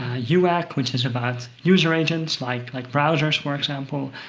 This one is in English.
uaag, which is about user agents like like browsers, for example,